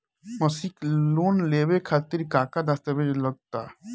मसीक लोन लेवे खातिर का का दास्तावेज लग ता?